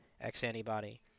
X-antibody